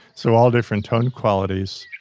so all different tone qualities